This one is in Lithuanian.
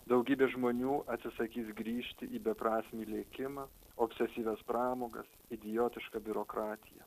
daugybė žmonių atsisakys grįžti į beprasmį lėkimą obsesyvias pramogas idiotišką biurokratiją